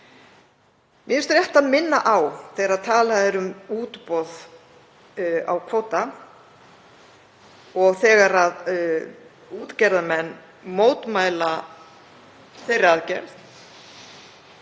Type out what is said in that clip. Mér finnst rétt að minna á, þegar talað er um útboð á kvóta, og þegar útgerðarmenn mótmæla þeirri aðgerð,